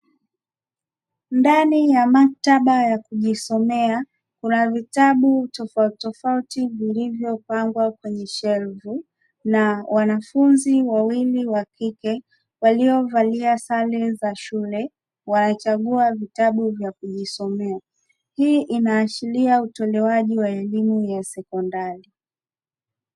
Ndani ya maktaba ya kujisomea kuna vitabu tofautitofauti vilivyopangwa kwenye shelfu, na wanafunzi wawili wa kike waliovalia sare za shule, wanachagua vitabu vya kujisomea. Hii inaashiria utolewaji wa elimu ya sekondari.